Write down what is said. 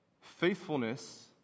Faithfulness